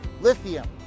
lithium